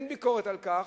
אין ביקורת על כך,